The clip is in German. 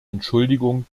entschuldigung